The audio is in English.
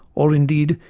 or, indeed,